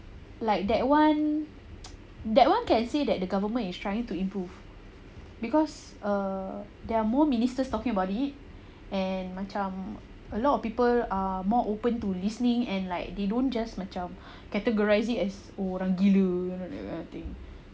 like that [one] that [one] can say that the government is trying to improve because err there are more ministers talking about it and macam a lot of people are more open to listening and like they don't just macam categorising as orang gila you know that kind of thing